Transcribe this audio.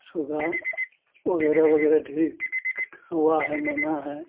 सुबा वगैरह वगैरह डीरेक्ट कौआ है मैना है